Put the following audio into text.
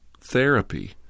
therapy